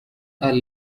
are